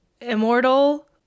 immortal